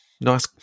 nice